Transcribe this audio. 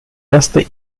erster